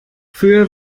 für